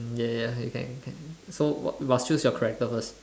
ya ya okay can can so must choose your character first